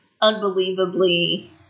unbelievably